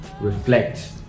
reflect